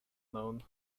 known